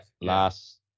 Last